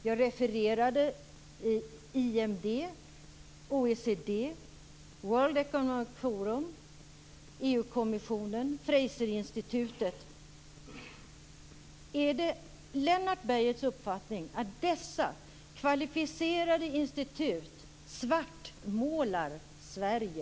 Jag refererade IMD, OECD, World Economic Forum, EU-kommissionen och Fraser Institut. Är Lennart Beijers uppfattning att dessa kvalificerade institut svartmålar Sverige?